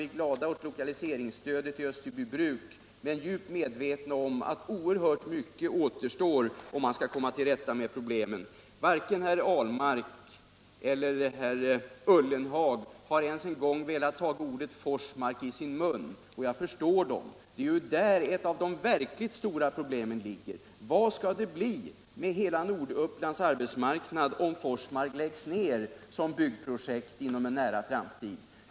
Vi är tacksamma för lokaliseringsstödet till Österbybruk. Men vi är djupt medvetna om att oerhört mycket återstår för att man skall komma till rätta med problemen. Varken herr Ahlmark eller herr Ullenhag har ens en gång velat ta namnet Forsmark i sin mun — och jag förstår dem. Det är ju där ett av de verkligt stora problemen ligger. Vad skall det bli av hela Nordupplands arbetsmarknad om Forsmark läggs ned som byggprojekt i en nära framtid?